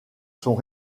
sont